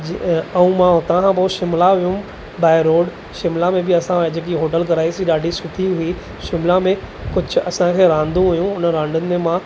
जी ऐं मां हुता खां पोइ शिमला वियुमि बाए रोड शिमला में बि असां जेकी होटल कराईसीं ॾाढी सुठी हुई शिमला में कुझु असांखे रांदूं हुयूं उन रांदियुनि में मां